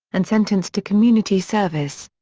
and sentenced to community service.